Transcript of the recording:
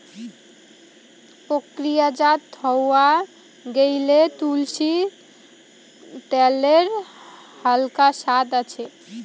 প্রক্রিয়াজাত হয়া গেইলে, তুলসী ত্যালের হালকা সাদ আছে